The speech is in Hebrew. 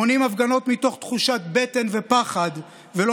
מונעים הפגנות מתוך תחושת בטן ופחד ולא